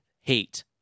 hate